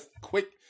quick